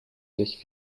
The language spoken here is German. sich